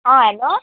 अँ हेलो